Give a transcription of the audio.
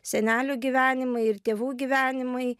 senelių gyvenimai ir tėvų gyvenimai